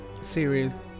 series